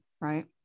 Right